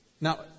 Now